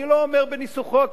אני לא אומר בניסוחו הקיים,